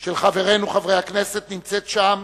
של חברינו חברי הכנסת נמצאת שם